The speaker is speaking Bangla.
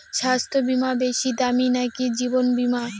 স্বাস্থ্য বীমা বেশী দামী নাকি জীবন বীমা?